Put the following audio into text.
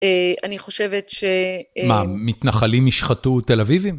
אני חושבת ש... מה, מתנחלים ישחטו תל אביבים?